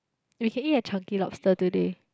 you can eat a chunky lobster today